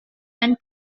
and